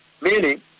meaning